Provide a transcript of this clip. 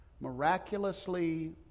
Miraculously